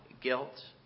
guilt